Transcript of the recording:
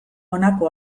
honako